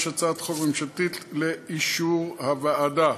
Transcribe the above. הצעת החוק הממשלתית לאישור הוועדה.